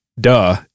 duh